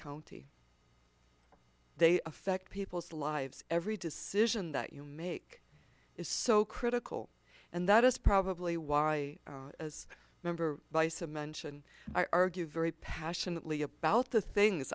county they affect people's lives every decision that you make is so critical and that is probably why as number by some mention argue very passionately about the things